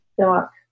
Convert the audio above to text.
dark